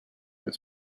its